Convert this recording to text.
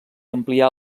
ampliar